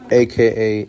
aka